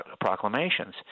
proclamations